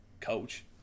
coach